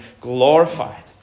glorified